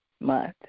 month